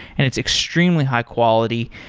and it's extremely high quality.